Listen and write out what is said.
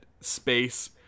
space